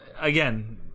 again